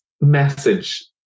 message